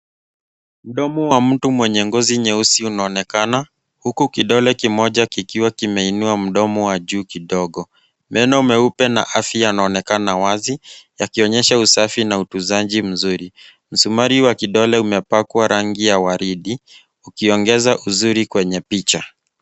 Mdomo wa mtu mwenye ngozi nyeusi unaonekana huku kidole kimoja kikiwa kimeinua mdomo wa juu kidogo. Meno meupe na afya yanaonekana wazi yakionyesha usafi na utunzaji mzuri. Msumari wa kidole umepakwa rangi ya waridi ukiongeza uzuri kwenye picha.